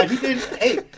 Hey